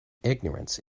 ignorance